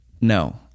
No